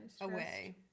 away